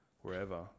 wherever